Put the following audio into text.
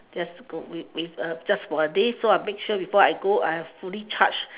yes good with with a just for a day so I make sure before I go I have fully charged